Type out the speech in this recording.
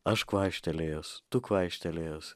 aš kvaištelėjęs tu kvaištelėjęs